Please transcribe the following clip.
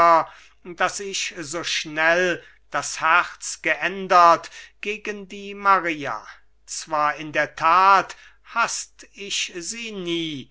daß ich so schnell das herz geändert gegen die maria zwar in der tat haßt ich sie nie